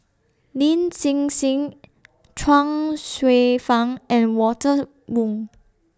Lin Hsin Hsin Chuang Hsueh Fang and Walter Woon